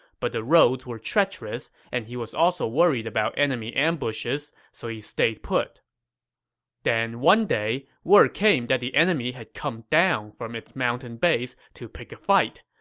but the roads were treacherous, and he was also worried about enemy ambushes, so he stayed put then, one day, word came that the enemy had come down from its mountain base to pick a fight.